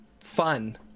fun